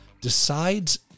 decides